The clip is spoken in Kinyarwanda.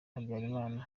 habyarimana